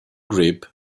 grip